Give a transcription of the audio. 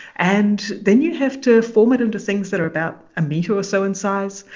and then you have to form it into things that are about a meter or so in size.